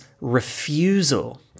refusal